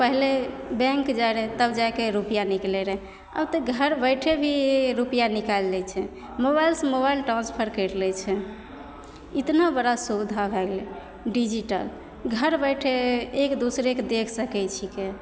पहिले बैंक जाइ रहै तब जाइके रुपआ निकलै रहै आब तऽ घर बैठेभी रुपिआ निकालि लै छै मोबाइलसँ मोबाइल ट्रान्सफर करि लै छै इतना बड़ा सुबिधा भए गेलै डिजीटल घर बैठे एकदूसरेके देखि सकैत छिकै